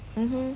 mmhmm